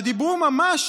שדיברו ממש